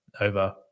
over